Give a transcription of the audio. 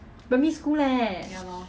upper sec kind of thing